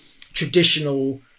traditional